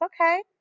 Okay